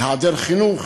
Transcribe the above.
היעדר חינוך.